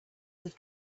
that